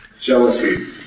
Jealousy